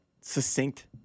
succinct